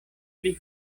pli